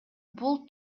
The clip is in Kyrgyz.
бул